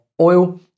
oil